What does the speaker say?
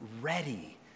ready